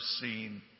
seen